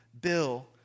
Bill